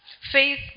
faith